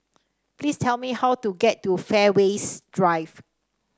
please tell me how to get to Fairways Drive